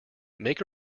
make